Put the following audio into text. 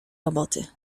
roboty